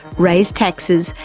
raised taxes,